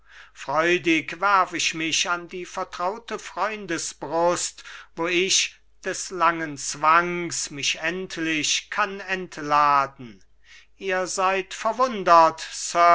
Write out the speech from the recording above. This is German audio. freudig werf ich mich an die vertraute freundesbrust wo ich des langen zwangs mich endlich kann entladen ihr seid verwunder